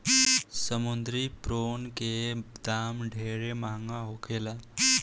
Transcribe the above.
समुंद्री प्रोन के दाम ढेरे महंगा होखेला